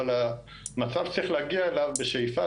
אבל המצב שצריך להגיע אליו בשאיפה,